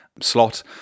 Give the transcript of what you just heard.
Slot